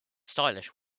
stylish